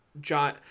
john